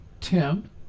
Tim